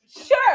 sure